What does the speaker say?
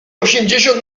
osiemdziesiąt